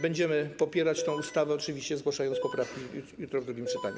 Będziemy popierać tę ustawę, oczywiście zgłaszając poprawki jutro w drugim czytaniu.